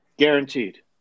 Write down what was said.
Guaranteed